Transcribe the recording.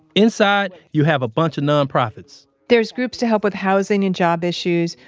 inside, you have a bunch of nonprofits there's groups to help with housing and job issues,